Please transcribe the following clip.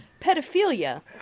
pedophilia